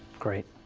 great.